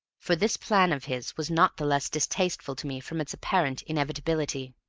for this plan of his was not the less distasteful to me from its apparent inevitability.